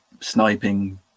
sniping